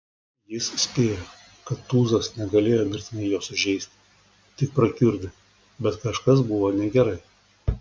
jis spėjo kad tūzas negalėjo mirtinai jo sužeisti tik prakiurdė bet kažkas buvo negerai